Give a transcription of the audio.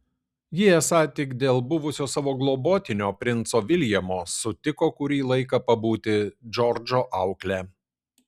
ji esą tik dėl buvusio savo globotinio princo viljamo sutiko kurį laiką pabūti džordžo aukle